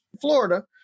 Florida